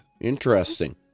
interesting